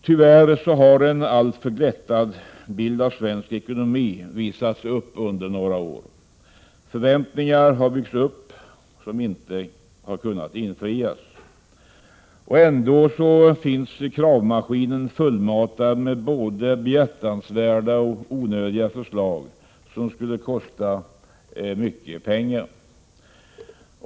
Tyvärr har en alltför glättad bild av svensk ekonomi visats upp under några år. Förväntningar har byggts upp som inte kan infrias. Ändå finns kravmaskinen fullmatad med både behjärtansvärda och onödiga förslag som skulle kosta mycket pengar.